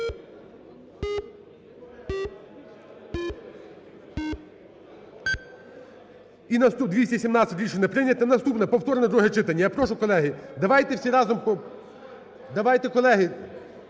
За-217 Рішення не прийнято. І наступне: повторне друге читання. Я прошу, колеги, давайте всі разом… Давайте, колеги,